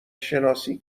شناسی